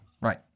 Right